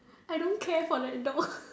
I don't care for that dog